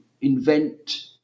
invent